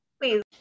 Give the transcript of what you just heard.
please